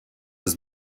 his